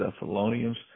Thessalonians